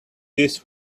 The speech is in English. this